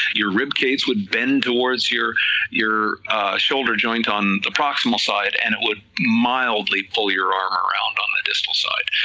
your rib cage would bend towards your your shoulder joint on the proximal side, and it would mildly pull your arm around on the distal side,